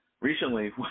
recently